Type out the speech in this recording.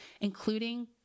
including